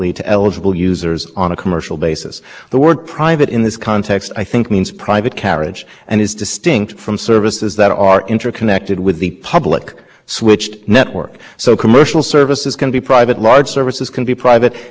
context i think means private carriage and is distinct from services that are interconnected with the public switched network so commercial services can be private large services can be private the internet was a private mobile service for years and